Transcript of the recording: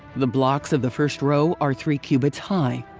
the blocks of the first row are three cubits high.